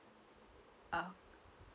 uh